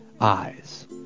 eyes